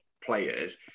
players